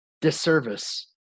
disservice